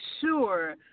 sure